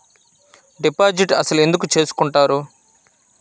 Deposit అసలు ఎందుకు చేసుకుంటారు?